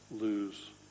lose